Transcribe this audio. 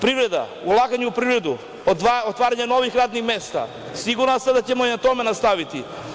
Privreda, ulaganje u privredu, otvaranje novih radnih mesta, siguran sam da će i na tome nastaviti.